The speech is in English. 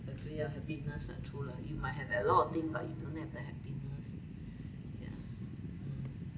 agree ah happiness lah true lah you might have a lot of thing but you don't have the happiness yeah mm